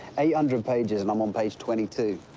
eight hundred pages, and i'm um page twenty two.